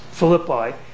Philippi